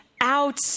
out